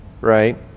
right